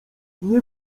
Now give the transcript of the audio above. nie